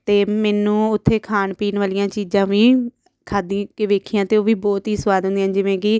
ਅਤੇ ਮੈਨੂੰ ਉੱਥੇ ਖਾਣ ਪੀਣ ਵਾਲੀਆਂ ਚੀਜ਼ਾਂ ਵੀ ਖਾਧੀ ਕੇ ਵੇਖੀਆਂ ਅਤੇ ਉਹ ਵੀ ਬਹੁਤ ਹੀ ਸਵਾਦ ਹੁੰਦੀਆਂ ਨੇ ਜਿਵੇਂ ਕਿ